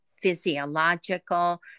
physiological